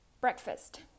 breakfast